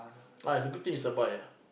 ah it's a good thing it's a boy ah